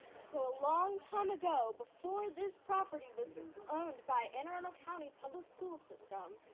so a long time ago, before this property was owned by anne arundel county public school system,